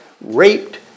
raped